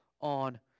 on